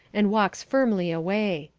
and walks firmly away.